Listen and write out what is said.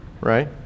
right